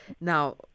now